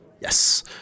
Yes